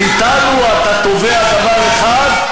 מאתנו אתה תובע דבר אחד,